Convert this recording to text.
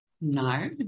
no